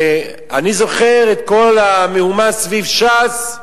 אני זוכר את כל המהומה סביב ש"ס,